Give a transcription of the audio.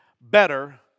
better